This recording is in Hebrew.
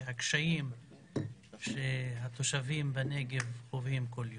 והקשיים שהתושבים בנגב חווים בכל יום.